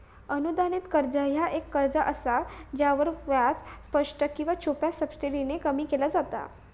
अनुदानित कर्ज ह्या एक कर्ज असा ज्यावरलो व्याज स्पष्ट किंवा छुप्या सबसिडीने कमी केला जाता